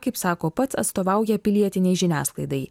kaip sako pats atstovauja pilietinei žiniasklaidai